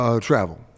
Travel